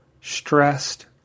stressed